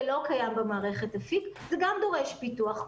זה לא קיים במערכת אפיק, וזה גם דורש פיתוח.